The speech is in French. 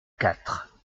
quatre